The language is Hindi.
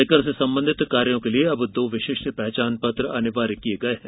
आयकर से संबंधित कार्यों के लिए अब दो विशिष्ट पहचान पत्र अनिवार्य किये गये हैं